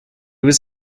was